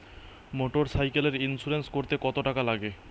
মোটরসাইকেলের ইন্সুরেন্স করতে কত টাকা লাগে?